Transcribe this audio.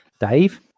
Dave